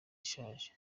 ishaje